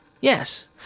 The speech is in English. Yes